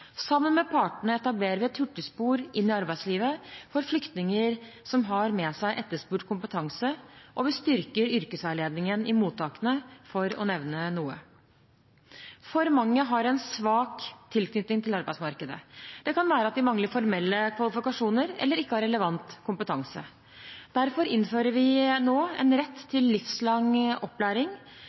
Sammen med partene etablerer vi et «hurtigspor» inn i arbeidslivet for flyktninger som har med seg etterspurt kompetanse, og vi styrker yrkesveiledningen i mottakene, for å nevne noe. For mange har en svak tilknytning til arbeidsmarkedet. Det kan være at de mangler formelle kvalifikasjoner eller ikke har relevant kompetanse. Derfor innfører vi nå en rett til livslang opplæring.